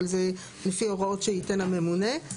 אבל זה לפי הוראות שייתן הממונה.